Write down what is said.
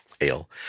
ale